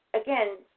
again